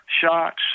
Shots